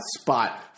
spot